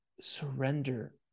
surrender